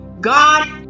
God